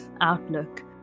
outlook